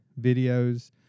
videos